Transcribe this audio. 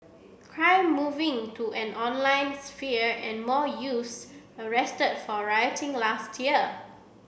crime moving to an online sphere and more youths arrested for rioting last year